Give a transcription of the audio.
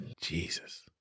Jesus